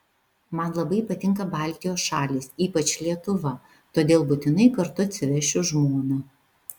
man labai patinka baltijos šalys ypač lietuva todėl būtinai kartu atsivešiu žmoną